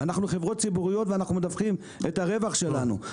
ואנחנו חברות ציבוריות ואנחנו מדווחים את הרווח שלנו.